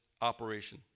operation